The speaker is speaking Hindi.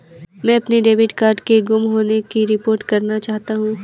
मैं अपने डेबिट कार्ड के गुम होने की रिपोर्ट करना चाहता हूँ